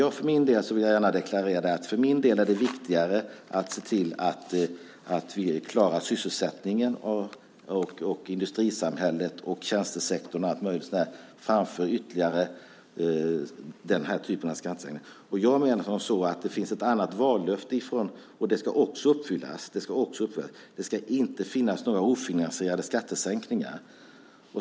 Jag vill gärna deklarera att det för min del är viktigare att se till att vi klarar sysselsättningen, industrisamhället, tjänstesektorn och allt möjligt framför ytterligare sådana här skattesänkningar. Jag menar att det finns ett annat vallöfte, och det ska också uppfyllas. Det ska inte finnas några ofinansierade skattesänkningar.